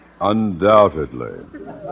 Undoubtedly